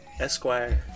Esquire